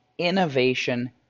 innovation